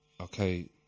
okay